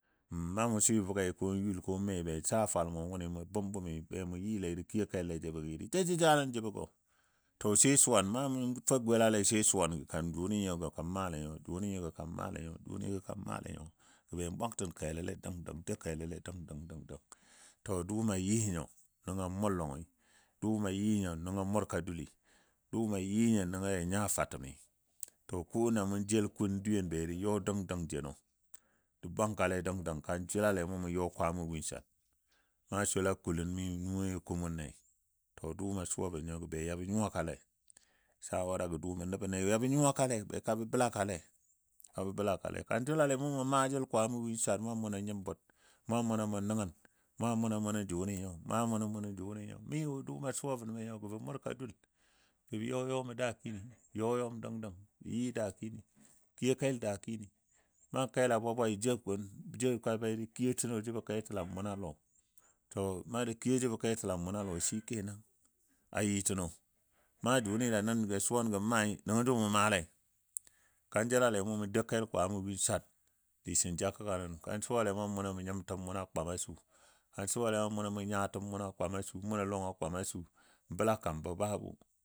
N na mou swɨ bʊgei ko yul ko me be saa fwalmo wʊni mʊ bʊm bʊm be mo yile jə kiyo kele jəbɔgi jə ja jəjalən jəbɔgo, to sai suwan na mu fə golalei sai suwangɔ jʊni bekan maale nyo, jʊni nyi kan maale nyo, jʊni nyi kan maale nyo, gə ben bwangtən kelole dəng ɗəng, dou kelole dəng ɗəng dəng. To dʊʊmo a yi nyo nəngɔ a mʊʊ lɔ a yɨ nyo nəngɔ a murka duli dʊʊmɔ a yɨ nyo nəngɔ ja nya fatəmi. To ko na mou jel kun dwiyen be jə yɔ dəng dəng jeno, də bwangkale dəng dəng kan jəlale mou mʊ yɔ kwamo win swar na sɔlaa kuləni nuwoni kuumɔnle. Dʊʊmo suwa bən nyo gə be yɔbo nyuwakalei, shawaragɔ dʊʊmo nə bənle be kabo bəlakale kabɔ bəlakale. Kan jəla mou mʊn maajəl kamo win swar mo muno nyimbʊr, muno muʊ nəngən, mɔ muno munə jʊni nyo, mɔ muno munə jʊni nyo. Mi wo dʊʊmɔ suwa bənbɔ nyo. Gə bə murka dul bə yɔ yɔm dakini, yɔm dəng dəng, yi dakini, kiyo kel dakini. Nan kel a bwa bwai joubka kiyo təgo jəbɔ kətalam munɔ a lɔ, to naa kiyo jəbɔ ketəlam muno a lɔi shike nan a yɨ təgɔ naa jʊni ja suwan gən maai nəngo jʊ mun maalei. Kan jəlale mɔ mun dou kel kwamɔ win swar sisən ja kəga nən, kan suwale mo muno nyitəm muno kwam a su. Kan suwale mɔ munoo nyatəm muno a kwam a su, muno lɔngɔ a kwam a su, n bəla kambo babu.